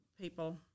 people